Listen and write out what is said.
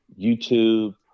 YouTube